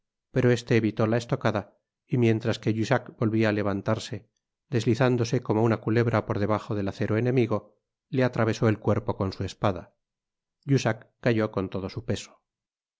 pero este evitó la estocada y mientras que jussac volvía á levantarse deslizándose como una culebra por debajo del acero enemigo le atravesó el cuerpo con su espada jussac cayó con todo su peso